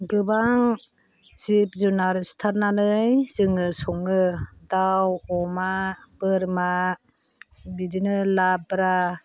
गोबां जिब जुनार सिथारनानै जोङो सङो दाउ अमा बोरमा बिदिनो लाब्रा